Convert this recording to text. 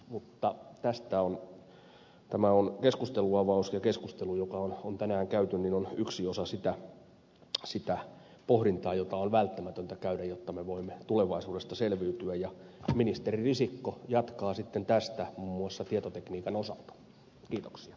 mutta tämä on keskustelun avaus ja keskustelu joka on tänään käyty on yksi osa sitä pohdintaa jota on välttämätöntä käydä jotta me voimme tulevaisuudesta selviytyä ja ministeri risikko jatkaa sitten tästä muun muassa tietotekniikan osalta